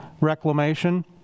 reclamation